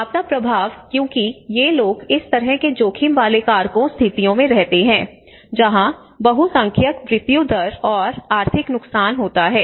आपदा प्रभाव क्योंकि ये लोग इस तरह के जोखिम वाले कारकों स्थितियों में रहते हैं जहां बहुसंख्यक मृत्यु दर और आर्थिक नुकसान होता है